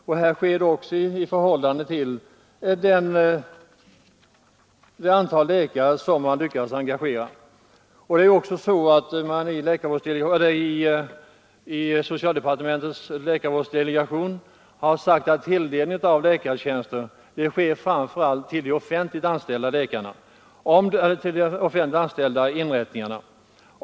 Också detta genomförs i takt med det antal läkare som man lyckas engagera. Vidare har socialdepartementets läkarvårdsdelegation sagt att tilldelningen av läkartjänster skall ske framför allt till de offentliga inrättningarna.